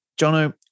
Jono